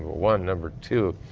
one. number two,